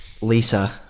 Lisa